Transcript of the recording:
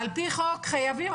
על פי חוק חייבים,